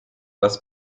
das